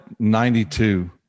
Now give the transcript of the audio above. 92